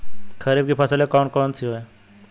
खरीफ की फसलें कौन कौन सी हैं?